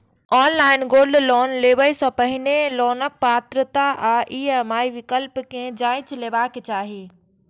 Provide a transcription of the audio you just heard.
online gold loan लेबय सं पहिने लोनक पात्रता आ ई.एम.आई विकल्प कें जांचि लेबाक चाही